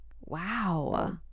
Wow